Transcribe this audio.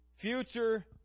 future